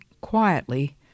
quietly